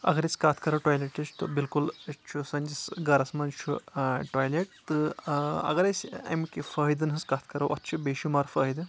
اگر أسۍ کتھ کرو ٹولیٹٕچ بِکُل یہِ چھُ سٲنِس گرس منٛز چھُ ٹولیٹ تہٕ اگر أسۍ امہِ کہِ فٲیدن ہٕنٛز کتھ کرو اتھ چھِ بے شُمار فٲیدٕ